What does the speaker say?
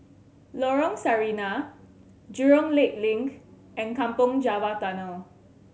Lorong Sarina Jurong Lake Link and Kampong Java Tunnel